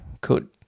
Good